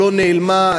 לא נעלמה,